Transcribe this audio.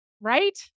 right